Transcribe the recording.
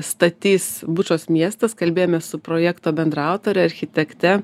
statys bučos miestas kalbėjomės su projekto bendraautore architekte